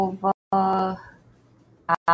Over